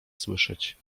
słyszeć